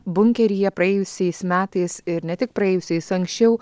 bunkeryje praėjusiais metais ir ne tik praėjusiais anksčiau